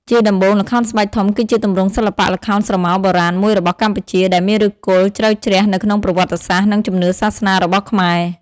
ជាដំបូង ល្ខោនស្បែកធំ គឺជាទម្រង់សិល្បៈល្ខោនស្រមោលបុរាណមួយរបស់កម្ពុជា ដែលមានឫសគល់ជ្រៅជ្រះនៅក្នុងប្រវត្តិសាស្ត្រ និងជំនឿសាសនារបស់ខ្មែរ ។